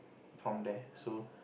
from there so